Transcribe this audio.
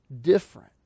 different